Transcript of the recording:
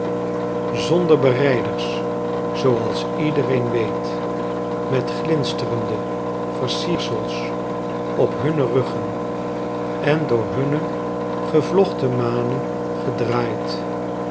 zonder berijders zooals iedereen weet met glinsterende versiersels op hunne ruggen en door hunne gevlochten manen gedraaid